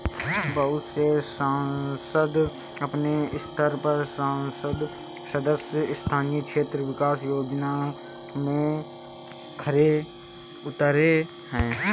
बहुत से संसद अपने स्तर पर संसद सदस्य स्थानीय क्षेत्र विकास योजना में खरे उतरे हैं